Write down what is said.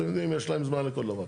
אתם יודעים, יש להם זמן לכל דבר.